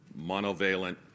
monovalent